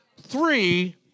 three